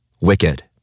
Wicked